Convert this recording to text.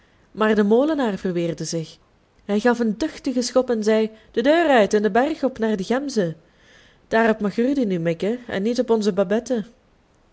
maar de molenaar verweerde zich hij gaf een duchtigen schop en zei de deur uit en den berg op naar de gemzen daarop mag rudy nu mikken en niet op onze babette